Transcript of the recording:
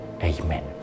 Amen